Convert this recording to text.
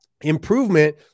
improvement